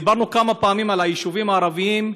דיברנו כמה פעמים על היישובים הערביים,